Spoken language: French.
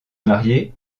marié